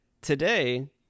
Today